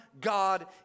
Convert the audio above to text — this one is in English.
God